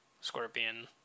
scorpion